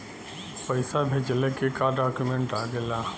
पैसा भेजला के का डॉक्यूमेंट लागेला?